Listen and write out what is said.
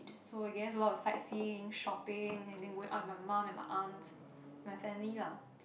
so I guess a lot of sightseeing shopping and then going out with my mom and my aunt my family lah